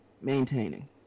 maintaining